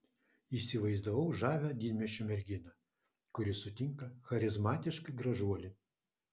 įsivaizdavau žavią didmiesčio merginą kuri sutinka charizmatišką gražuolį